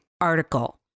article